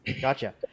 Gotcha